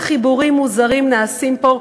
איזה חיבורים מוזרים נעשים פה,